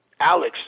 Alex